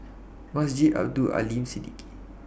Masjid Abdul Aleem Siddique